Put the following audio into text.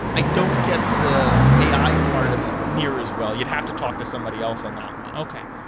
i don't get the ai part of it near as well. you'd have to talk to somebody else on that one okay.